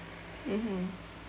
mmhmm